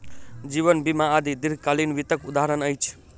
जीवन बीमा आदि दीर्घकालीन वित्तक उदहारण अछि